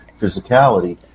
physicality